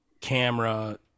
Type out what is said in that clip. camera